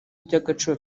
by’agaciro